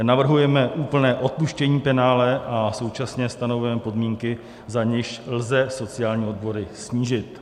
Navrhujeme úplné odpuštění penále a současně stanovujeme podmínky, za nichž lze sociální odvody snížit.